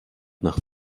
nach